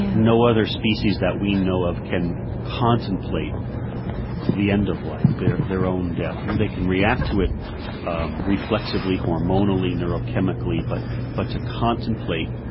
no other species that we know of can contemplate the end of life, their their own death. they can react to it um reflexively, hormonally, neurochemically, but but to contemplate